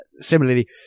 similarly